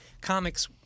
comics